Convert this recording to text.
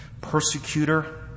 persecutor